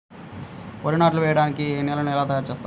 వరి నాట్లు వేయటానికి నేలను ఎలా తయారు చేస్తారు?